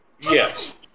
Yes